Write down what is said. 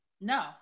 No